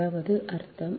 அதாவது அர்த்தம்